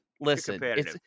Listen